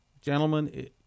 gentlemen